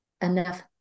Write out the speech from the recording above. enough